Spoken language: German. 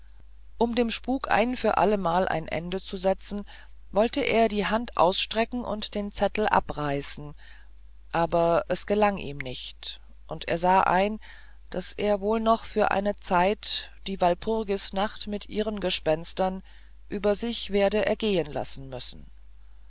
um dem spuk ein für allemal ein ende zu setzen wollte er die hand ausstrecken und den zettel abreißen aber es gelang ihm nicht und er sah ein daß er wohl noch für eine zeit die walpurgisnacht mit ihren gespenstern über sich werde ergehen lassen müssen